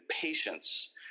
patience